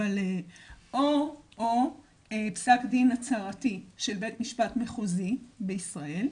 או פסק דין הצהרתי של בית משפט מחוזי בישראל,